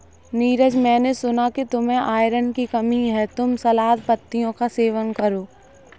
नीरज मैंने सुना कि तुम्हें आयरन की कमी है तुम सलाद पत्तियों का सेवन करो